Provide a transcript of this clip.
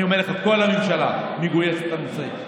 אני אומר לך, כל הממשלה מגויסת לנושא.